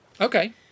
Okay